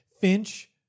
Finch